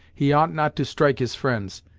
he ought not to strike his friends.